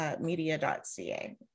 media.ca